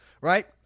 Right